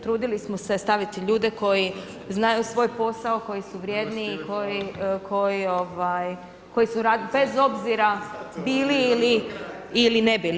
Trudili smo se staviti ljude koji znaju svoj posao, koji su vrijedni i koji su radili, bez obzira bili ili ne bili.